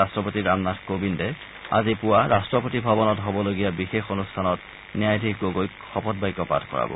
ৰাট্টপতি ৰামনাথ কোবিন্দে আজি পুৱা ৰাট্টপতি ভৱনত হ'বলগীয়া বিশেষ অনুষ্ঠানত ন্যায়াধীশ গগৈক শপত বাক্য পাঠ কৰাব